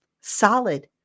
solid